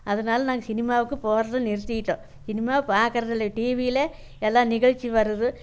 அதனால நாங்கள் சினிமாவுக்கு போவது நிறுத்திட்டோம் இனிமேல் பார்க்கறதில்ல டிவிலே எல்லாம் நிகழ்ச்சி வருது